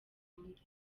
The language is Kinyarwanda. bikunda